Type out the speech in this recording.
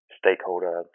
stakeholder